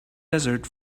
desert